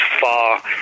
far